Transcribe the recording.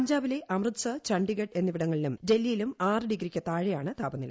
പഞ്ചാബിലെ അമൃത്സർ ചണ്ഢീഗഡ് എന്നിവിടങ്ങളിലും ഡൽഹിയിലും ആറ് ഡിഗ്രിക്ക് താഴെയാണ് താപനില